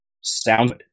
Sound